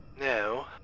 No